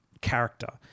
character